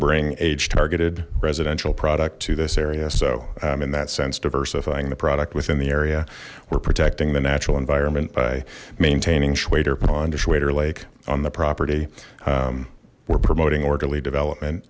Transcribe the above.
bring age targeted residential product to this area so in that sense diversifying the product within the area we're protecting the natural environment by maintaining shweder pond waiter lake on the property we're promoting orderly development